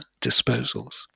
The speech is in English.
disposals